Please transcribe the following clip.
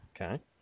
Okay